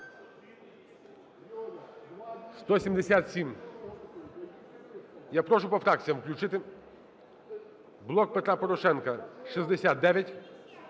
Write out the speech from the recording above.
За-177 Я прошу по фракціям включити. "Блок Петра Порошенка" –